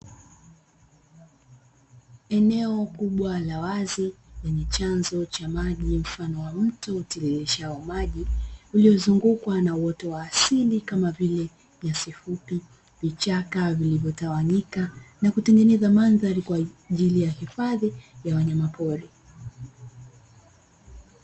Eneo kubwa la wazi lenye chanzo mfano wa mto utiririshao maji, ulizungukwa na uoto wa asili kama vile nyasi fupi, vichaka vilivyotawanyika na kutengeneza mandhari kwa ajili ya hifadhi ya wanyama pori.